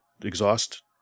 exhaust